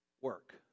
work